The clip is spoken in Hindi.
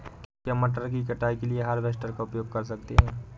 क्या मटर की कटाई के लिए हार्वेस्टर का उपयोग कर सकते हैं?